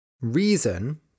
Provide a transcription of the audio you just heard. Reason